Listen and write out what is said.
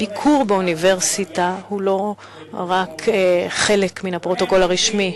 הביקור באוניברסיטה הוא לא רק חלק מן הפרוטוקול הרשמי,